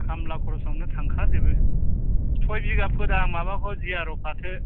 खामब्ला खरसावनो थांखा जोबो सय बिगा फोदां माबाखौ जि आर अ फाथो